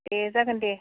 दे जागोन दे